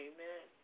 Amen